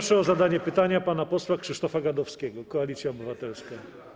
Proszę o zadanie pytania pana posła Krzysztofa Gadowskiego, Koalicja Obywatelska.